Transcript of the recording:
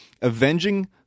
avenging